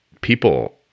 People